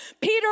Peter